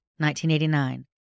1989